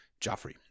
Joffrey